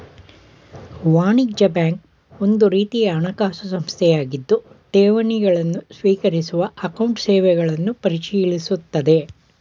ವಾಣಿಜ್ಯ ಬ್ಯಾಂಕ್ ಒಂದುರೀತಿಯ ಹಣಕಾಸು ಸಂಸ್ಥೆಯಾಗಿದ್ದು ಠೇವಣಿ ಗಳನ್ನು ಸ್ವೀಕರಿಸುವ ಅಕೌಂಟ್ ಸೇವೆಗಳನ್ನು ಪರಿಶೀಲಿಸುತ್ತದೆ